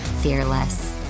fearless